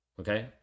Okay